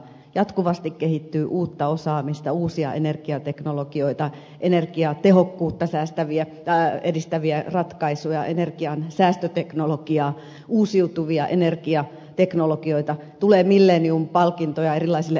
jatkuvasti kehittyy uutta osaamista uusia energiateknologioita energiatehokkuutta edistäviä ratkaisuja energian säästöteknologiaa uusiutuvia energiateknologioita tulee millennium palkintoja erilaisille aurinkokennoratkaisuille